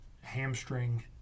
hamstring